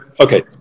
okay